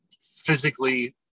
physically